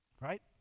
Right